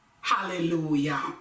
hallelujah